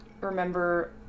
remember